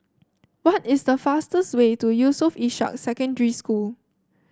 what is the fastest way to Yusof Ishak Secondary School